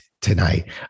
tonight